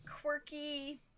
quirky